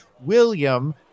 William